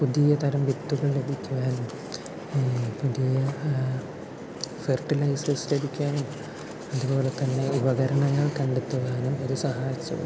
പുതിയ തരം വിത്തുകൾ ലഭിക്കുവാൻ പുതിയ ഫെർട്ടിലൈസേഴ്സ് ലഭിക്കുവാനും അതുപോലെ തന്നെ ഉപകരണങ്ങൾ കണ്ടെത്തുവാനും ഇതു സഹായിച്ചു